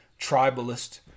tribalist